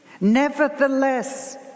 Nevertheless